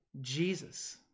Jesus